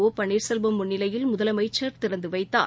ஓ பன்னீர்செல்வம் முன்னிலையில் முதலமைச்சர் திறந்துவைத்தார்